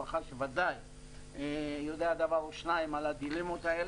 שוודאי יודע דבר או שניים על הדילמות האלה.